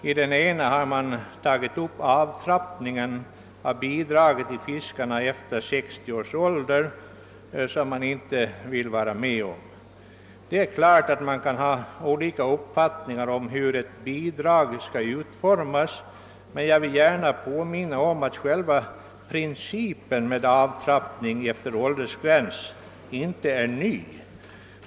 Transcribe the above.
I den ena har tagits upp frågan om avtrappningen av engångsbidraget till fiskare efter 60 års ålder, något som reservanterna inte vill vara med om. Det är klart att man kan ha olika uppfattningar om hur bidraget skall utformas, men jag vill gärna påminna om att själva principen med avtrappning efter åldersgräns inte är ny.